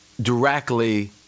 directly